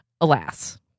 alas